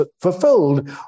fulfilled